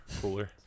cooler